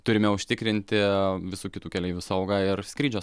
turime užtikrinti visų kitų keleivių saugą ir skrydžius